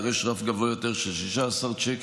יידרש רף גבוה ,יותר של 16 צ'קים.